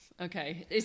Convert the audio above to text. Okay